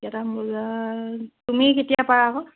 কেইটামান বজাত তুমি কেতিয়া পাৰা আকৌ